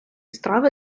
страви